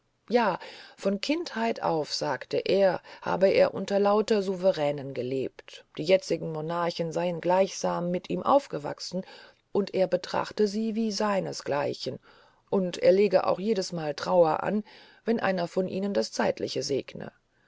ja von kindheit auf sagte er habe er unter lauter souveränen gelebt die jetzigen monarchen seien gleichsam mit ihm aufgewachsen und er betrachte sie wie seinesgleichen und er lege auch jedesmal trauer an wenn einer von ihnen das zeitliche segne